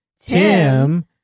Tim